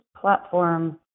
platform